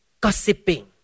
gossiping